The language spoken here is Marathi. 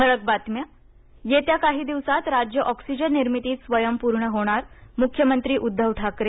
ठळक बातम्या येत्या काही दिवसांत राज्य ऑक्सिजन निर्मितीत स्वयंपूर्ण होणार मुख्यमंत्री उद्धव ठाकरे